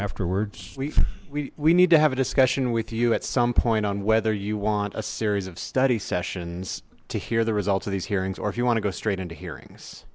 afterwards we need to have a discussion with you at some point on whether you want a series of study sessions to hear the results of these hearings or if you want to go straight into hearings